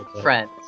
friends